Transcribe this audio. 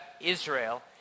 Israel